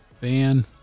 van